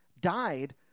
died